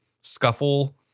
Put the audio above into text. scuffle